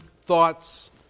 thoughts